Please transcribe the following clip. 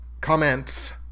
comments